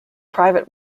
private